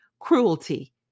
cruelty